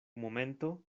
momento